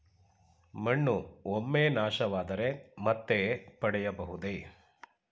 ಮಣ್ಣು ಒಮ್ಮೆ ನಾಶವಾದರೆ ಮತ್ತೆ ಪಡೆಯಬಹುದೇ?